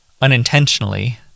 Unintentionally